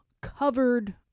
covered